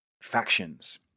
factions